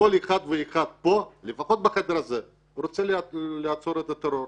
ואחד פה, לפחות בחדר הזה, רוצה לעצור את הטרור.